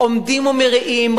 עומדים ומריעים,